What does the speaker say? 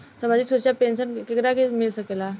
सामाजिक सुरक्षा पेंसन केकरा के मिल सकेला?